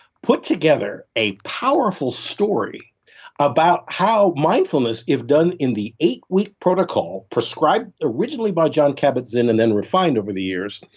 put together a powerful story about how mindfulness, if done in the eight-week protocol, prescribed originally by john kabat-zinn and then refined over the years,